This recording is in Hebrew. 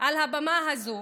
על הבמה הזאת,